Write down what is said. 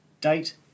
date